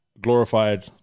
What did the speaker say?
glorified